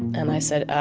and i said,